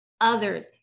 Others